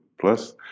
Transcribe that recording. plus